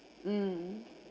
mm